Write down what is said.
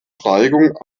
steigung